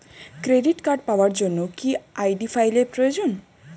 Credit card পাওয়ার জন্য কি আই.ডি ফাইল এর প্রয়োজন?